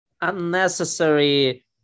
unnecessary